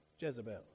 Jezebel